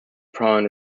prawn